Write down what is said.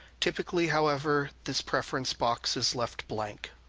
typically, however, this preference box is left blank.